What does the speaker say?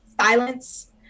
silence